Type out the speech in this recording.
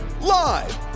Live